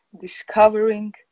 discovering